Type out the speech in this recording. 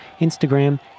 Instagram